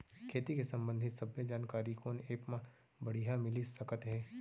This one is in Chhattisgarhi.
खेती के संबंधित सब्बे जानकारी कोन एप मा बढ़िया मिलिस सकत हे?